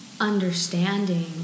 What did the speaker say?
Understanding